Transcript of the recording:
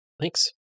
thanks